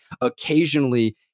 occasionally